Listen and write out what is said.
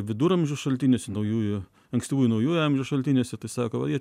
viduramžių šaltiniuose naujųjų ankstyvųjų naujųjų amžių šaltiniuose tai sako va jie